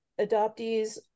adoptees